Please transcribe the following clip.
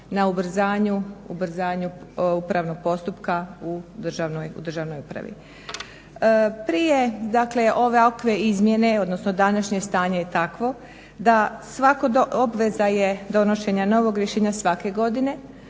na ubrzanju upravnog postupka u državnoj upravi. Prije ovakve izmjene, odnosno današnje stanje je takvo da obveza je donošenja novog rješenja svake godine,